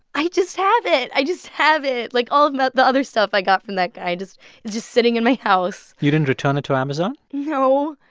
i just have it. i just have it. like, all of the the other stuff i got from that guy just it's just sitting in my house you didn't return it to amazon no,